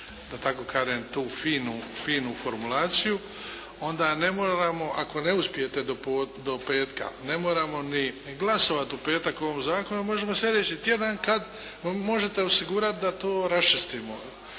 da tako kažem tu finu formulaciju onda ne moramo ako ne uspijete do petka ne moramo ni glasovati u petak o ovom zakonu, možemo slijedeći tjedan kad možete osigurati da to raščistimo